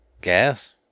Gas